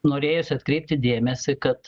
norėjosi atkreipti dėmesį kad